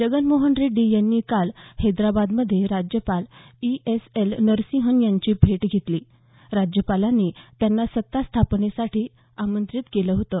जगनमोहन रेड्डी यांनी काल हैदराबाद मध्ये राज्यपाल ई एस एल नरसिंहन यांचीही भेट घेतली राज्यपालांनी त्यांना सत्ता स्थापनेसाठी आमंत्रित केलं होतं